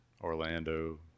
Orlando